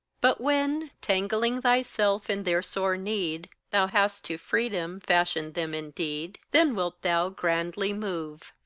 but when, tangling thyself in their sore need, thou hast to freedom fashioned them indeed, then wilt thou grandly move,